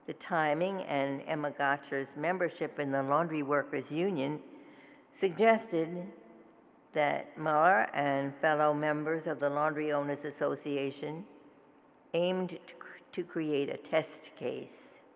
timing and emma gotcher's membership in the laundry workers union suggested that muller and fellow members of the laundry owners association aimed to create a test case.